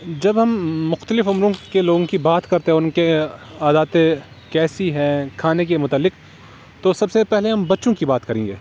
جب ہم مختلف ہم لوگ کے لوگوں کی بات کرتے ہیں ان کے عاداتیں کیسی ہیں کھانے کے متعلق تو سب سے پہلے ہم بچوں کی بات کریں گے